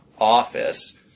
office